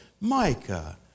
Micah